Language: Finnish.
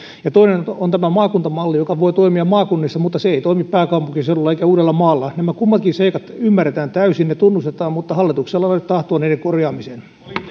toinen on tämä maakuntamalli joka voi toimia maakunnissa mutta se ei toimi pääkaupunkiseudulla eikä uudellamaalla nämä kummatkin seikat ymmärretään täysin ja tunnustetaan mutta hallituksella ei ole tahtoa niiden korjaamiseen